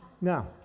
Now